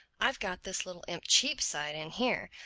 i've got this little imp cheapside in here.